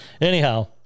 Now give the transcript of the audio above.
Anyhow